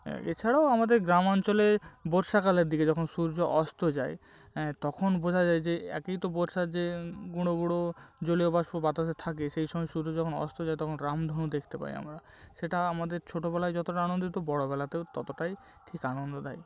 হ্যাঁ এছাড়াও আমাদের গ্রাম অঞ্চলে বর্ষাকালের দিকে যখন সূর্য অস্ত যায় অ্যাঁ তখন বোঝা যায় যে একেই তো বর্ষার যে গুঁড়ো গুঁড়ো জলীয় বাষ্প বাতাসে থাকে সেই সময় সূর্য যখন অস্ত যায় তখন রামধনু দেখতে পাই আমরা সেটা আমাদের ছোটোবেলায় যতোটা আনন্দ দিত বড়বেলাতেও ততটাই ঠিক আনন্দ দেয়